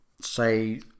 say